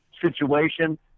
situation